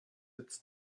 its